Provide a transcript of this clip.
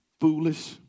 Foolish